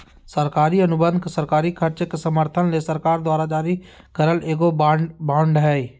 सरकारी अनुबंध सरकारी खर्च के समर्थन ले सरकार द्वारा जारी करल एगो बांड हय